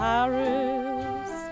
Paris